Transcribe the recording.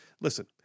listen